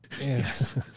Yes